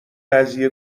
قضیه